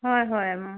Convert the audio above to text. হয় হয়